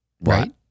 Right